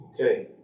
Okay